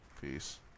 Peace